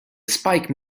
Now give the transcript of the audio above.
spike